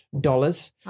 dollars